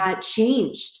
changed